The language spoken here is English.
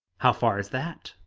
how far is that?